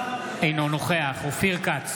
אינו נוכח אופיר כץ,